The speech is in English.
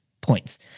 points